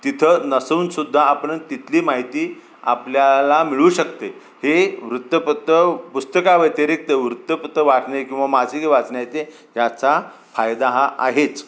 तिथं नसून सुद्धा आपण तिथली माहिती आपल्याला मिळू शकते हे वृत्तपत्र पुस्तकाव्यतिरिक्त वृत्तपत्र वाचने किंवा मासिके वाचण्याचे ह्याचा फायदा हा आहेच